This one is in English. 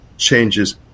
changes